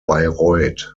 bayreuth